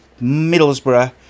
middlesbrough